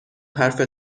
حرفت